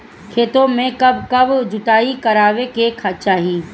खेतो में कब कब जुताई करावे के चाहि?